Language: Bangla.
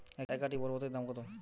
এক আঁটি বরবটির দাম কত?